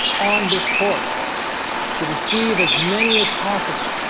on this course to deceive as many as possible